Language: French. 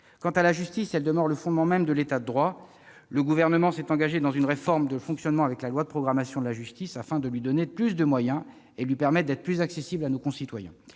Quant à la justice, elle demeure le fondement même de l'État de droit. Le Gouvernement s'est engagé dans une réforme de fonctionnement avec la loi de programmation de la justice afin de donner plus de moyens à cette dernière et de lui permettre d'être plus accessible à nos concitoyens.